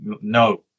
No